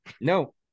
No